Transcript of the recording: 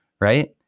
right